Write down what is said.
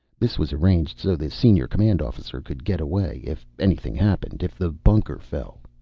this was arranged so the senior command officer could get away. if anything happened. if the bunker fell.